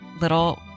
little